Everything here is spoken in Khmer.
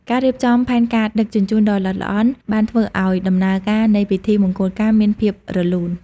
ការរៀបចំផែនការដឹកជញ្ជូនដ៏ល្អិតល្អន់បានធ្វើឱ្យដំណើរការនៃពិធីមង្គលការមានភាពរលូន។